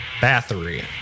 Bathory